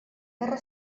guerra